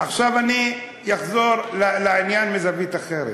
עכשיו אני אחזור לעניין מזווית אחרת,